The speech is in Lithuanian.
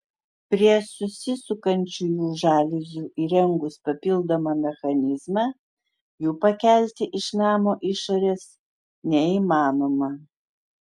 prie susisukančiųjų žaliuzių įrengus papildomą mechanizmą jų pakelti iš namo išorės neįmanoma